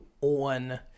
on